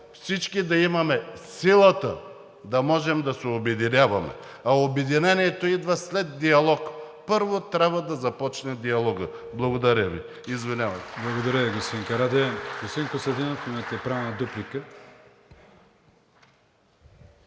можем да имаме силата да се обединяваме, а обединението идва след диалог. Първо трябва да започне диалогът. Благодаря Ви, извинявайте.